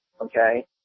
okay